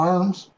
Arms